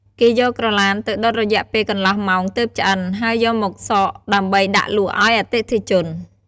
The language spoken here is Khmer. គេយកក្រទ្បានទៅដុតរយៈពេលកន្លះម៉ោងទើបឆ្អិន ហើយយកមកសកដើម្បីដាក់លក់ឱ្យអតិថិជន។